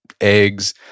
eggs